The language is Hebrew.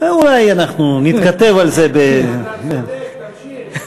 אולי אנחנו נתכתב על זה, אתה צודק, תמשיך.